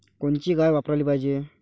कोनची गाय वापराली पाहिजे?